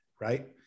right